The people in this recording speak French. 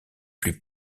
plus